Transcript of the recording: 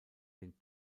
den